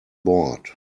board